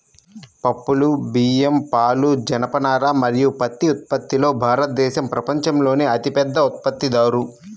పప్పులు, బియ్యం, పాలు, జనపనార మరియు పత్తి ఉత్పత్తిలో భారతదేశం ప్రపంచంలోనే అతిపెద్ద ఉత్పత్తిదారు